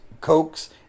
Coke's